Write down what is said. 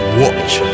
watch